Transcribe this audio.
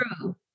true